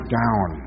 down